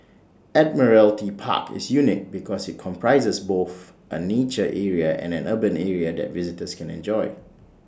Admiralty Park is unique because IT comprises both A nature area and an urban area that visitors can enjoy